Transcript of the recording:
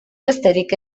besterik